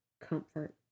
comfort